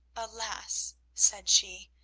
alas, said she,